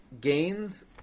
gains